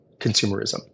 consumerism